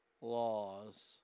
laws